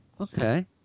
Okay